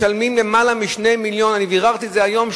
משלמים למעלה מ-2 מיליונים ביררתי את זה היום,